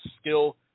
skill